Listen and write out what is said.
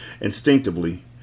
Instinctively